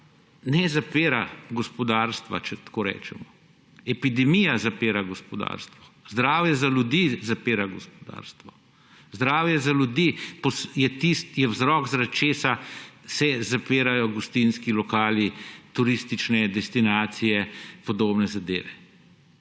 ne zapira gospodarstva, če tako rečemo. Epidemija zapira gospodarstvo, zdravje ljudi zapira gospodarstvo. Zdravje ljudi je vzrok, zaradi česa se zapirajo gostinski lokali, turistične destinacije, podobne zadeve.